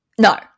No